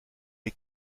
est